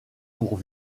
pour